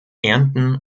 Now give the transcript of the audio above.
ernten